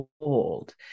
old